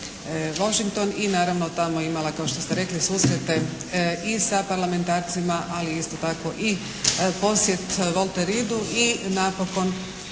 i naravno imala tamo kao što ste rekli susrete i sa parlamentarcima, ali isto tako i posjet … /Govornica